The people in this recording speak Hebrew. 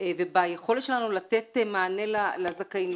וביכולת שלנו לתת מענה לזכאים,